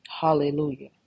Hallelujah